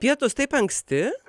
pietus taip anksti